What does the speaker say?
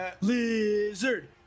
Lizard